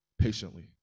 patiently